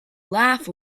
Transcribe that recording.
laugh